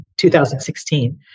2016